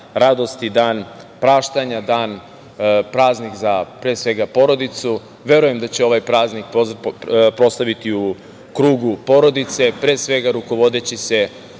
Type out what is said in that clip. radosti, dan praštanja, praznik pre svega za porodicu. Verujem da će ovaj praznik proslaviti u krugu porodice, pre svega rukovodeći se